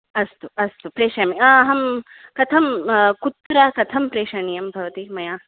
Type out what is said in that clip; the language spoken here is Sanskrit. अस्तु अस्तु प्रेषयामि अहं कथं कुत्र कथं प्रेषणीयं भवती मया